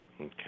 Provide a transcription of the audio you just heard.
Okay